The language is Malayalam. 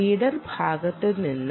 റീഡർ ഭാഗത്ത് നിന്ന്